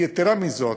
יתרה מזו,